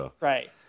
Right